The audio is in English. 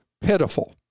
pitiful